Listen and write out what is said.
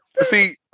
See